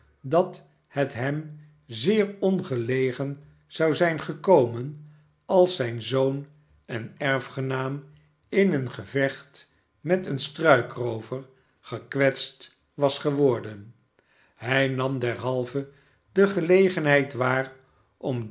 dat het hem zeer ongelegen zou zijn gekomen als zijn zoon en erfgenaam in een gevecht met een struikroover ixo barnaby rudge gekwetst was geworden hij nam derhalve de gelegenheid waar om